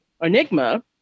Enigma